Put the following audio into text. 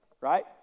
right